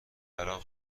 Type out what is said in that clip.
برام